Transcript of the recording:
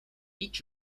each